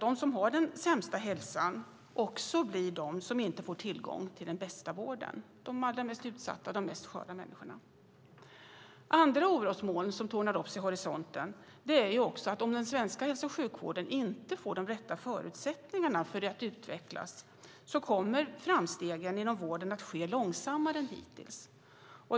De som har den sämsta hälsan blir också de som inte får tillgång till den bästa vården - de allra mest utsatta och de mest sköra människorna. Andra orosmoln som tornar upp sig vid horisonten är att om den svenska hälso och sjukvården inte får de rätta förutsättningarna att utvecklas kommer framstegen inom vården att ske långsammare än hittills.